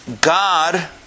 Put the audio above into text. God